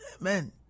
Amen